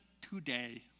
today